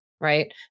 right